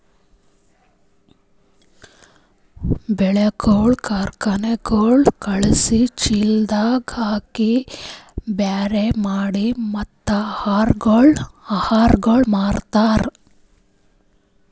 ಬೆಳಿಗೊಳ್ ಕಾರ್ಖನೆಗೊಳಿಗ್ ಖಳುಸಿ, ಚೀಲದಾಗ್ ಹಾಕಿ ಬ್ಯಾರೆ ಮಾಡಿ ಮತ್ತ ಆಹಾರಗೊಳ್ ಮಾರ್ತಾರ್